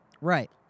right